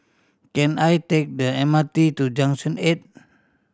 can I take the M R T to Junction Eight